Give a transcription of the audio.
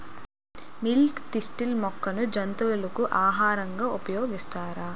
Milk thistle మొక్కను జంతువులకు ఆహారంగా ఉపయోగిస్తారా?